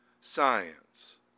science